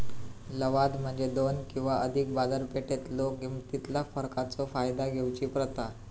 लवाद म्हणजे दोन किंवा अधिक बाजारपेठेतलो किमतीतला फरकाचो फायदा घेऊची प्रथा